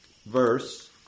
Verse